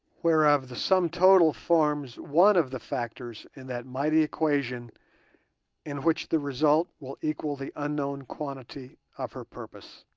whereof the sum total forms one of the factors in that mighty equation in which the result will equal the unknown quantity of her purpose.